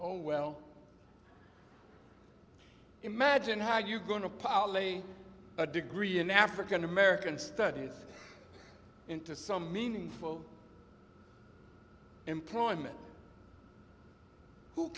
oh well imagine how you're going to power a degree in african american studies into some meaningful employment who